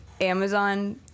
Amazon